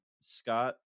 Scott